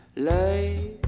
light